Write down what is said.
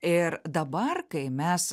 ir dabar kai mes